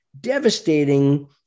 devastating